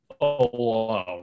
alone